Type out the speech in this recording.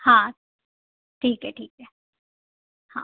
हां ठीक आहे ठीक आहे हां